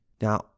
Now